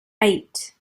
eight